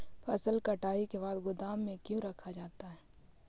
फसल कटाई के बाद गोदाम में क्यों रखा जाता है?